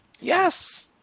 Yes